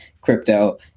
crypto